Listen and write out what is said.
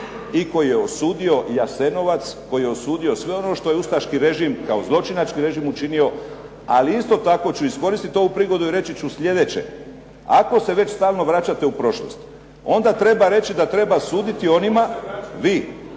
i koji je osudio Jasenovac, koji je osudio sve ono što je ustaški režim kao zločinački režim učinio. Ali isto tako ću iskoristiti ovu prigodu i reći ću sljedeće. Ako se već stalno vraćate u prošlost, onda treba reći da treba suditi onima, vi,